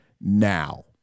now